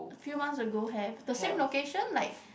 a few months ago have the same location like